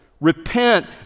Repent